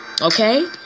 Okay